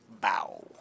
Bow